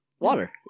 Water